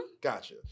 Gotcha